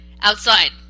outside